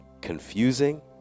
confusing